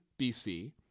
BC